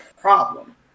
problem